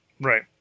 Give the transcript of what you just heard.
Right